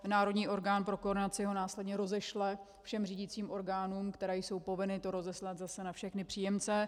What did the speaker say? Národní orgán pro koordinaci ho následně rozešle všem řídicím orgánům, které jsou povinny to rozeslat na všechny příjemce.